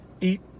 Eat